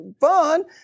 fun